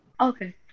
Okay